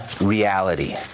reality